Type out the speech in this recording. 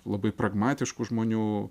labai pragmatiškų žmonių